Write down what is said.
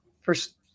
first